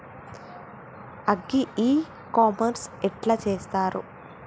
Agri e commerce ఎట్ల చేస్తరు?